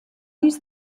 use